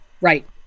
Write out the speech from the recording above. Right